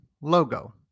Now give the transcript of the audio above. logo